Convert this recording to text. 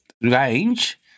range